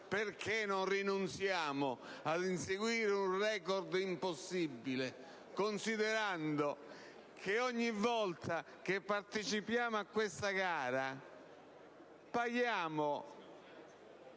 perché non rinunziamo ad inseguire un *record* impossibile, considerando che ogni volta che partecipiamo a questa gara paghiamo